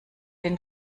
den